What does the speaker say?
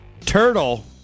Turtle